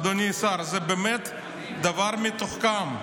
אדוני השר, זה באמת דבר מתוחכם.